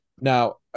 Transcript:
Now